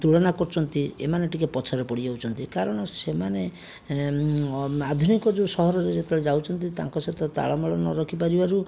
ତୁଳନା କରୁଛନ୍ତି ଏମାନେ ଟିକେ ପଛରେ ପଡ଼ିଯାଉଛନ୍ତି କାରଣ ସେମାନେ ଆଧୁନିକ ଯେଉଁ ସହରରେ ଯେତେବେଳେ ଯାଉଛନ୍ତି ତାଙ୍କ ସହିତ ତାଳମେଳ ନରଖି ପାରିବାରୁ